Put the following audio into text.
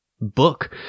book